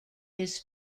his